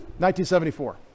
1974